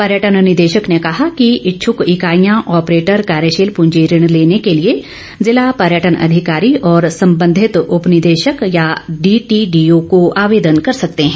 पर्यटन निदेशक ने कहा कि इच्छक इकॉईयां आपरेटर कार्यशील पूंजी ऋण लेने के लिए जिला पर्यटन अधिकारी और संबंधित उपनिदेशक या डीटीडीओ को आवेदन कर सकते हैं